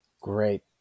Great